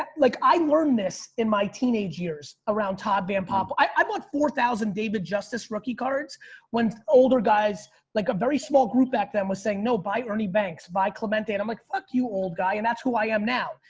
um like i learned this in my teenage years around todd van poppel. i bought four thousand david justice rookie cards when older guys like a very small group back then was saying no buy ernie banks, buy clemente. and i'm like, fuck you old guy. and that's who i am now.